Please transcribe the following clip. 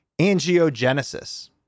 angiogenesis